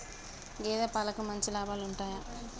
గేదే పాలకి మంచి లాభాలు ఉంటయా?